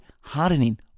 hardening